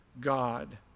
God